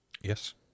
Yes